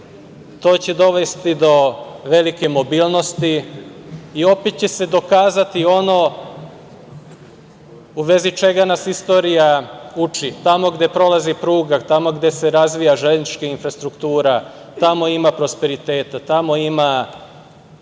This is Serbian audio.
To će dovesti do velike mobilnosti i opet će se dokazati ono u vezi čega nas istorija uči - tamo gde prolazi pruga, tamo gde se razvija železnička infrastruktura, tamo ima prosperiteta, tamo ima